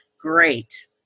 great